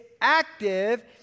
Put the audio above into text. active